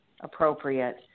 appropriate